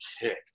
kicked